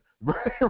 Right